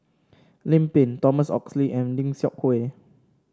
Lim Pin Thomas Oxley and Lim Seok Hui